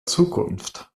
zukunft